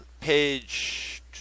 page